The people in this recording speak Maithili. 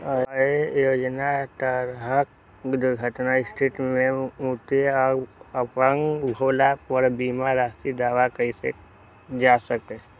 अय योजनाक तहत दुर्घटनाक स्थिति मे मृत्यु आ अपंग भेला पर बीमा राशिक दावा कैल जा सकैए